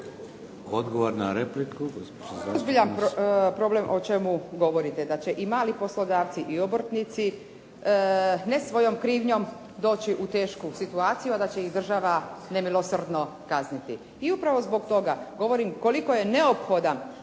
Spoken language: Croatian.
Odgovor na repliku,